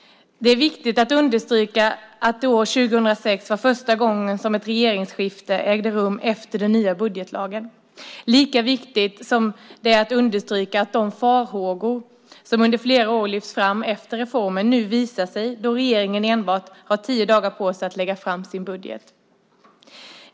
Det är viktigt att understryka att det år 2006 var första gången som ett regeringsskifte ägde rum efter den nya budgetlagen. Lika viktigt är det att understryka att de farhågor som under flera år har lyfts fram efter reformen nu visade sig då regeringen enbart hade tio dagar på sig att lägga fram sin budget.